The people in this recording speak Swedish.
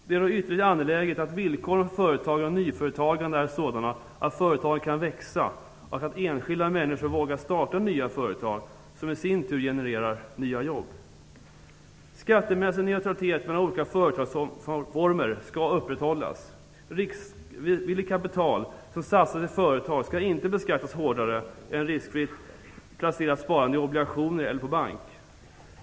Det är då ytterligt angeläget att villkoren för företagande och nyföretagande är sådana att företagen kan växa och att enskilda människor vågar starta nya företag, som i sin tur genererar nya jobb. Skattemässig neutralitet mellan olika företagsformer skall upprätthållas. Riskvilligt kapital som satsas i företag skall inte beskattas hårdare än riskfritt placerat sparande i obligationer eller på bank.